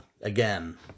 again